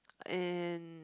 and